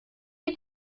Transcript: die